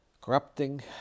Corrupting